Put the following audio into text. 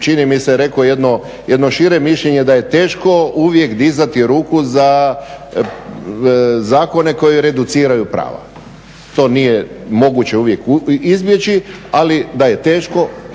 čini mi se rekao jedno šire mišljenje da je teško uvijek dizati ruku za zakone koji reduciraju prava. To nije moguće uvijek izbjeći ali da je teško,